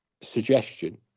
Suggestion